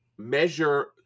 Measure